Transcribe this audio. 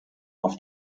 auf